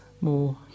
more